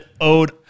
owed